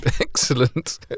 Excellent